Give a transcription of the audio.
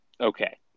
okay